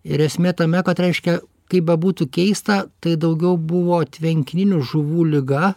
ir esmė tame kad reiškia kaip bebūtų keista tai daugiau buvo tvenkininių žuvų liga